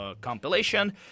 compilation